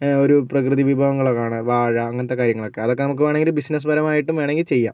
ഒരു പ്രകൃതി വിഭവങ്ങളാണ് വാഴ അങ്ങനത്തെ കാര്യങ്ങളൊക്കെ അതൊക്കെ നമുക്ക് വേണമെങ്കിൽ ബിസിനസ്സ് പരമായിട്ടും വേണമെങ്കിൽ ചെയ്യാം